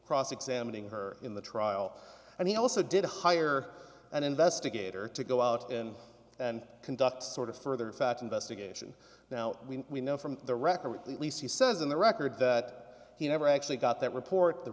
cross examining her in the trial and he also did hire an investigator to go out and conduct sort of further fact investigation now we know from the record at least he says in the record that he never actually got that report the